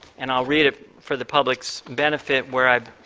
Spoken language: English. and i will read it for the public's benefit, where i am